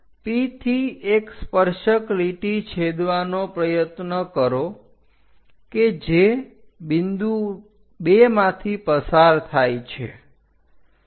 P થી એક સ્પર્શક લીટી છેદવાનો પ્રયત્ન કરો કે જે બિંદુ 2માંથી પસાર થાય છે